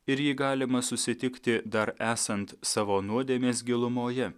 ir jį galima susitikti dar esant savo nuodėmės gilumoje